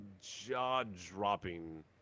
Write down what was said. jaw-dropping